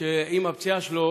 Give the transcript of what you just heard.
כשעם הפציעה שלו